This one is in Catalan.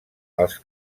els